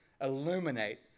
Illuminate